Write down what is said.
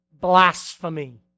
blasphemy